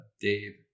Dave